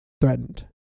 threatened